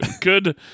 good